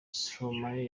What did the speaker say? stromae